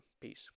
Peace